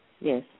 Yes